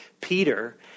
Peter